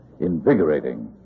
invigorating